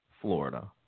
Florida